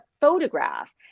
photograph